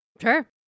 Sure